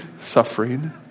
suffering